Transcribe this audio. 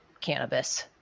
cannabis